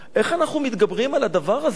איך אנחנו מתגברים על הדבר הזה?